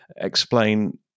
explain